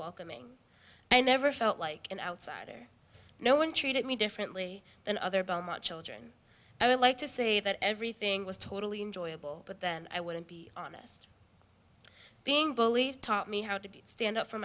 welcoming i never felt like an outsider no one treated me differently than other bomb our children i would like to say that everything was totally enjoyable but then i wouldn't be honest being bullied taught me how to stand up for